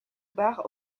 barres